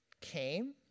came